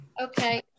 Okay